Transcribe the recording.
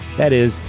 that is.